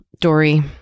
Dory